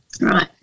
right